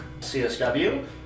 CSW